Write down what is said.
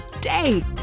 day